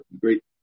Great